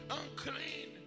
unclean